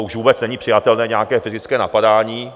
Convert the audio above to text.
Už vůbec není přijatelné nějaké fyzické napadání.